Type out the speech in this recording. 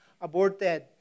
aborted